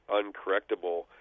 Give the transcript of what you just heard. uncorrectable